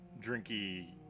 drinky